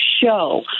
show